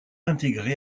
intégrés